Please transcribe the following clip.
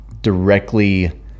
directly